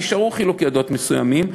נשארו חילוקי דעות מסוימים.